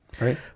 right